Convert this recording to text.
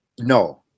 No